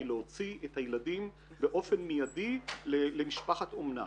להוציא את הילדים באופן מיידי למשפחת אומנה.